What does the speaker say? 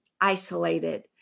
isolated